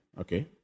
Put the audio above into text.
Okay